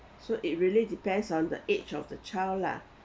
so it really depends on the age of the child lah